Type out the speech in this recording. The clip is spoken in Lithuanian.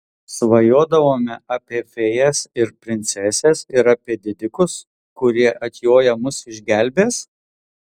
svajodavome apie fėjas ir princeses ir apie didikus kurie atjoję mus išgelbės